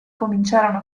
cominciarono